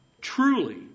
Truly